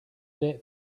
date